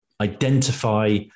Identify